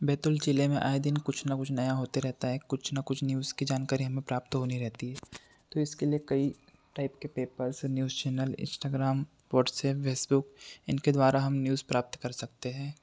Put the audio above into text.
बैतूल ज़िले में आए दिन कुछ न कुछ नया होते रहता है कुछ न कुछ न्यूज़ की जानकारी हमें प्राप्त होती रहती है तो इसके लिए कई टाइप पे पास है news channel Instagram WhatsApp Facebook इनके द्वारा हम न्यूज़ प्राप्त कर सकते हैं